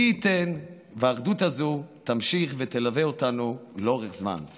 מי ייתן והאחדות הזו תימשך ותלווה אותנו לאורך זמן.